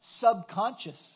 subconscious